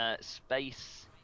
space